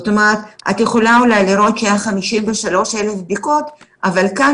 את יכולה לראות שהיו 53,000 בדיקות אבל כאן